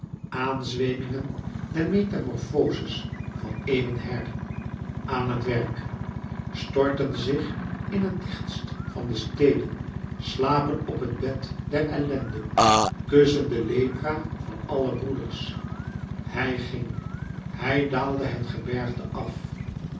zweemingen der metamorfoze's van eeuwen her aan het werk storten zich in het dichtst van de steden slapen op het bed der ellende kussen de lepra van alle broeders hij ging hij daalde van het gebergte af